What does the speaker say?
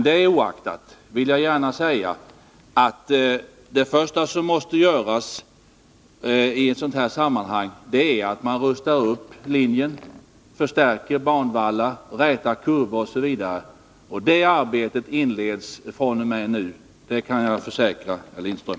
Det oaktat vill jag gärna säga att det första som måste göras i ett sådant här sammanhang är att rusta upp linjen, förstärka banvallar, räta kurvor osv. Det arbetet inleds fr.o.m. nu — det kan jag försäkra herr Lindström.